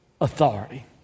authority